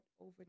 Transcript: over